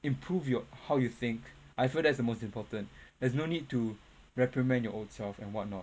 improve your how you think I feel that's the most important there's no need to reprimand your old self and whatnot